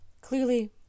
Clearly